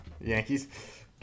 Yankees